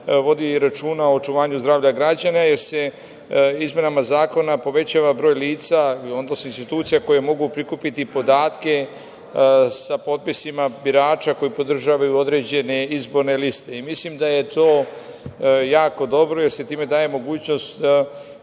vodi računa o očuvanju zdravlja građana, jer se izmenama zakona povećava broj lica, odnosno institucija koje mogu prikupiti podatke sa potpisima birača koji podržavaju određene izborne liste. Mislim da je to jako dobro, jer se time daje mogućnost